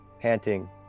panting